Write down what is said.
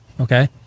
Okay